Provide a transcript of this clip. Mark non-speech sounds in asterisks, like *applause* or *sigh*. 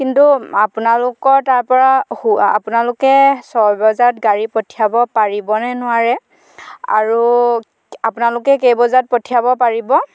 কিন্তু আপোনালোকৰ তাৰ পৰা *unintelligible* আপোনালোকে ছয় বজাত গাড়ী পঠিয়াব পাৰিব নে নোৱাৰে আৰু আপোনালোকে কেইবজাত পঠিয়াব পাৰিব